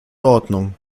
ordnung